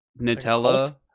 Nutella